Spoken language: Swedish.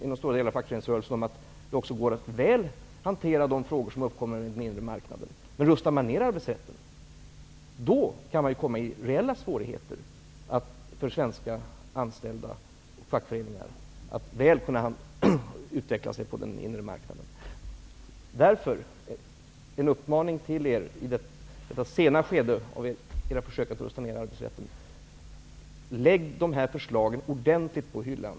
Inom stora delar av fackföreningsrörelsen är man övertygad om att det med den svenska arbetsrätten väl går att hantera de frågor som kan uppkomma på den inre marknaden. Men rustas arbetsrätten ned kan svenska anställda och fackföreningar komma i reella svårigheter när det gäller att väl kunna utvecklas på den inre marknaden. Herr talman! I detta sena skede av försöken att rusta ned arbetsrätten uppmanar jag moderaterna att lägga de här förslagen ordentligt på hyllan.